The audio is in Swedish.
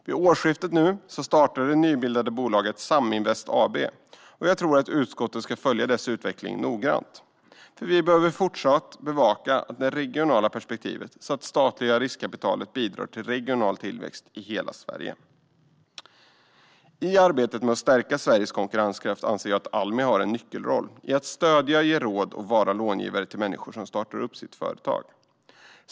Vid årsskiftet startar det nybildade bolaget Saminvest AB. Jag tror att utskottet ska följa dess utveckling noggrant, för vi behöver fortsatt bevaka det regionala perspektivet så att det statliga riskkapitalet bidrar till regional tillväxt i hela Sverige. I arbetet med att stärka Sveriges konkurrenskraft anser jag att Almi har en nyckelroll i att stödja, ge råd och vara långivare till människor som startar upp företag.